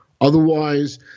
Otherwise